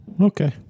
okay